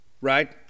right